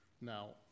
Now